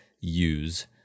use